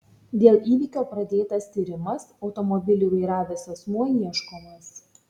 dėl įvykio pradėtas tyrimas automobilį vairavęs asmuo ieškomas